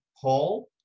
Paul